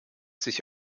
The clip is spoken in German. sich